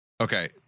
Okay